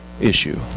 issue